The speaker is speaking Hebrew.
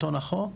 החוק.